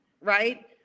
right